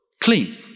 clean